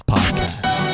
Podcast